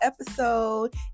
episode